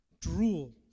drool